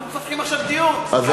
אנחנו מפתחים עכשיו דיון, קמים, מגינים.